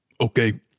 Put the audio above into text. Okay